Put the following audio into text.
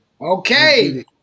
Okay